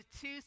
two